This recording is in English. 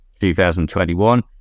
2021